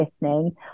listening